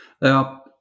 Now